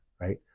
right